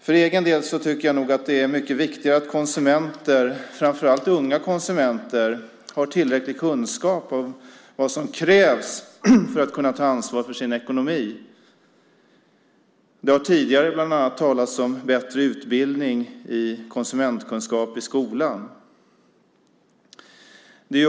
För egen del tycker jag nog att det är mycket viktigare att konsumenter, framför allt unga konsumenter, har tillräcklig kunskap om vad som krävs för att kunna ta ansvar för sin ekonomi. Det har tidigare bland annat talats om bättre utbildning i konsumentkunskap i skolan.